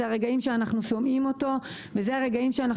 זה הרגעים שאנחנו שומעים אותו וזה הרגעים שאנחנו